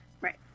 Right